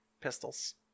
pistols